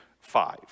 five